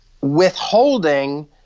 withholding